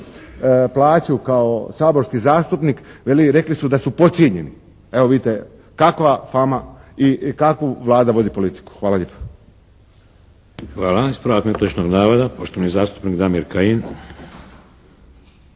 plaću kao saborski zastupnik veli rekli su da su podcijenjeni. Evo vidite kakva fama i kakvu Vlada vodi politiku. Hvala lijepo. **Šeks, Vladimir (HDZ)** Hvala. Ispravak netočnog navoda, poštovani zastupnik Damir Kajin.